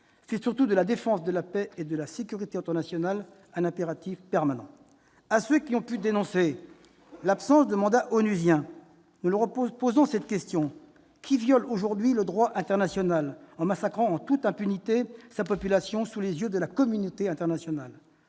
fait surtout de la défense de la paix et de la sécurité internationale un impératif permanent. À ceux qui ont pu dénoncer l'absence de mandat onusien, nous posons cette question : qui viole aujourd'hui le droit international en massacrant en toute impunité sa population, sous les yeux de la communauté internationale ?